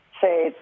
say